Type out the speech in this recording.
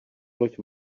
loď